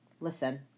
Listen